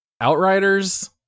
Outriders